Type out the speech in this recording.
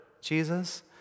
Jesus